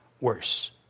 worse